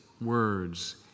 words